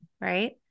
right